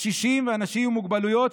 קשישים ואנשים עם מוגבלויות,